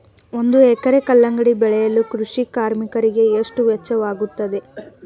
ಒಂದು ಎಕರೆ ಕಲ್ಲಂಗಡಿ ಬೆಳೆಯಲು ಕೃಷಿ ಕಾರ್ಮಿಕರಿಗೆ ಎಷ್ಟು ವೆಚ್ಚವಾಗುತ್ತದೆ?